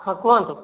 ହଁ କୁହନ୍ତୁ